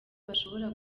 bashobora